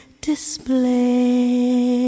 display